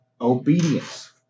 obedience